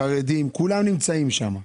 חרדים כולם נמצאים שם.